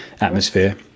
Atmosphere